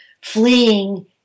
fleeing